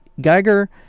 Geiger